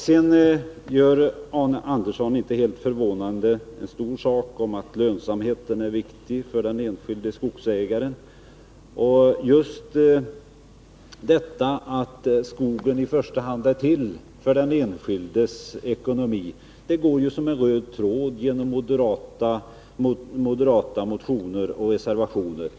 Sen gör Arne Andersson, inte helt förvånande, en stor sak av att lönsamhet är viktig för den enskilde skogsägaren. Just detta, att skogen i första hand är till för den enskildes ekonomi, går ju som en röd tråd genom moderata motioner och reservationer.